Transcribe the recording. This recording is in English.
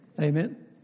Amen